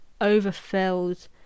overfilled